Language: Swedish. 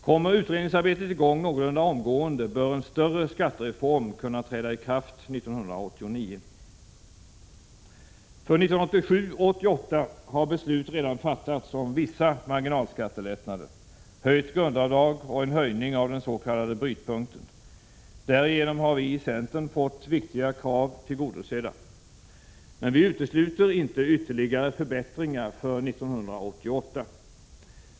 Kommer utredningsarbetet i gång någorlunda omgående bör en större skattereform kunna träda i kraft 1989. För 1987 och 1988 har beslut redan fattats om vissa marginalskattelättna der, höjt grundavdrag och en höjning av den s.k. brytpunkten. Därigenom har vi i centern fått viktiga krav tillgodosedda. Men vi utesluter inte ytterligare förbättringar för 1988.